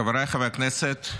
חבריי חברי הכנסת,